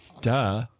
Duh